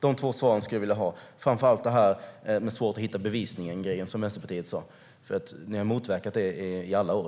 De två svaren skulle jag vilja ha. Framför allt undrar jag över det som Vänsterpartiet sa om att det är svårt att hitta bevisning, för ni har motverkat det i alla år.